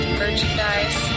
merchandise